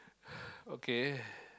okay